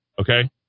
Okay